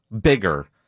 bigger